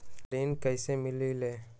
ऋण कईसे मिलल ले?